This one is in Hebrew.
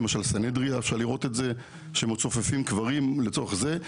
למשל סנהדריה אפשר לראות את זה שמצופפים קברים לצורך זה.